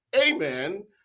amen